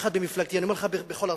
במיוחד במפלגתי, אני אומר לך בכל הרצינות,